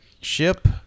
ship